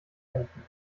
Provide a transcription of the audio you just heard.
kämpfen